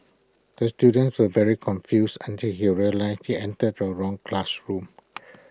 the student was very confused until he realised he entered the wrong classroom